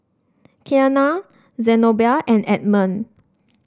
Keanna Zenobia and Edmund